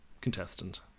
contestant